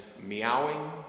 meowing